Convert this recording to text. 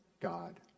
God